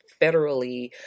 federally